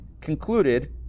concluded